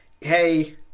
hey